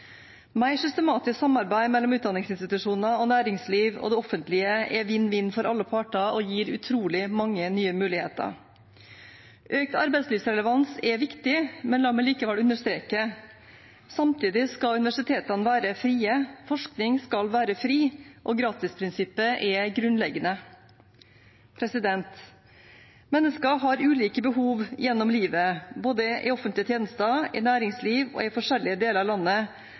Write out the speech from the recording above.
Mer systematisk samarbeid mellom utdanningsinstitusjoner, næringsliv og det offentlige er vinn–vinn for alle parter og gir utrolig mange nye muligheter. Økt arbeidslivsrelevans er viktig, men la meg likevel understreke: Samtidig skal universitetene være frie, forskningen skal være fri, og gratisprinsippet er grunnleggende. Mennesker har ulike behov gjennom livet. Både i offentlige tjenester, i næringsliv og i forskjellige deler av landet